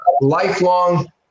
lifelong